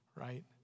Right